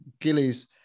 Gillies